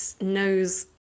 knows